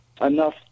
enough